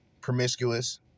promiscuous